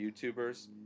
YouTubers